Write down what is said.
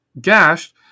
gashed